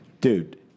dude